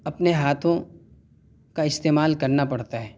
اپنے ہاتھوں کا استعمال کرنا پڑتا ہے